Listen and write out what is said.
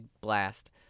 blast